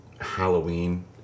Halloween